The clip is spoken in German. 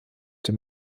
dem